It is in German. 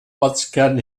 ortskern